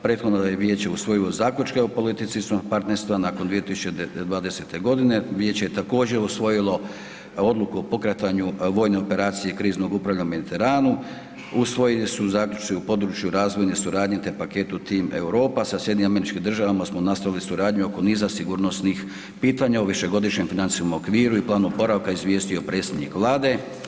Prethodno je EU vijeće usvojilo zaključke o politici svog partnerstva, nakon 2020.g. vijeće je također usvojilo odluku o pokretanju vojne operacije Kriznog upravljanja u Mediteranu, usvojeni su zaključci u području razvojne suradnje, te paketu Tim Europa, sa SAD-om smo nastavili suradnju oko niza sigurnosnih pitanja o višegodišnjem financijskom okviru i planu oporavka izvijestio predsjednik vlade.